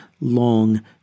long